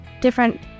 different